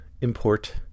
import